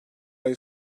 ayı